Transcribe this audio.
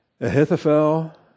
Ahithophel